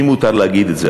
לי מותר להגיד את זה.